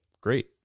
Great